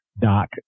doc